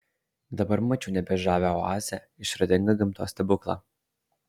dabar mačiau nebe žavią oazę išradingą gamtos stebuklą